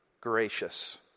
gracious